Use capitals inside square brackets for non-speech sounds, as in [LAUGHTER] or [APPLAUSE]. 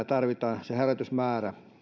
[UNINTELLIGIBLE] tarvitaan olisi sodanaikainen määrä